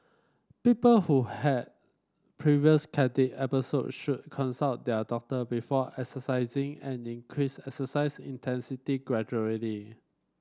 people who had previous cardiac episodes should consult their doctor before exercising and increase exercise intensity gradually